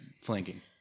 flanking